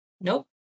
Nope